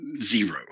zero